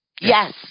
Yes